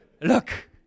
Look